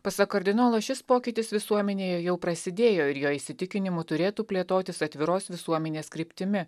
pasak kardinolo šis pokytis visuomenėje jau prasidėjo ir jo įsitikinimu turėtų plėtotis atviros visuomenės kryptimi